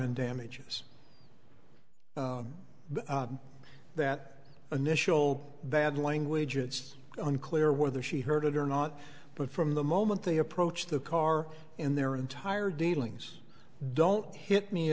in damages that initial bad language it's unclear whether she heard it or not but from the moment they approached the car in their entire dealings don't hit me